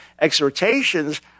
exhortations